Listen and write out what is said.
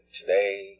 Today